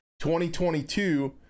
2022